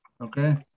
Okay